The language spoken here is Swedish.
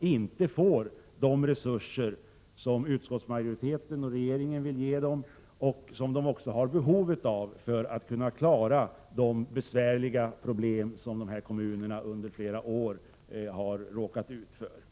inte får de resurser som utskottsmajoriteten och regeringen vill ge dem och som de har behov av för att kunna klara de besvärliga problem som de under flera år har råkat ut för.